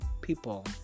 people